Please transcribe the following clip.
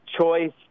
choice